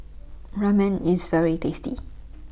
Ramen IS very tasty